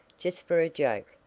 just for a joke.